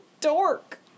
dork